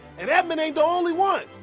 and edmond ain't the only one.